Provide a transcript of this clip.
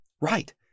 Right